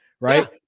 right